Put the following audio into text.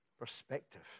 perspective